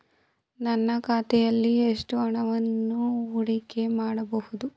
ನನ್ನ ಖಾತೆಯಲ್ಲಿ ಎಷ್ಟು ಹಣವನ್ನು ಹೂಡಿಕೆ ಮಾಡಬಹುದು?